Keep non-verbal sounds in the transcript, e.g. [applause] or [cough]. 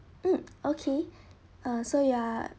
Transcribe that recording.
mm okay [breath] uh so ya